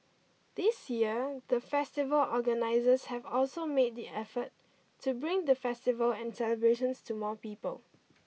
this year the festival organisers have also made the effort to bring the festival and celebrations to more people